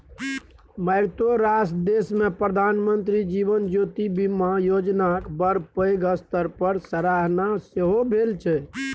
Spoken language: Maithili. मारिते रास देशमे प्रधानमंत्री जीवन ज्योति बीमा योजनाक बड़ पैघ स्तर पर सराहना सेहो भेल छै